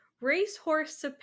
racehorse